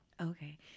Okay